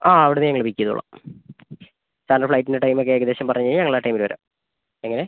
ആ അവിടുന്ന് ഞങ്ങൾ പിക്ക് ചെയ്തോളാം സാറിൻ്റെ ഫ്ലൈറ്റിൻ്റെ ടൈം ഒക്കെ ഏകദേശം പറഞ്ഞുകഴിഞ്ഞാൽ ഞങ്ങൾ ആ ടൈമിൽ വരാം എങ്ങനെ